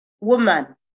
Woman